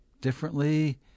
differently